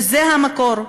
וזה המקור.